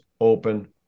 open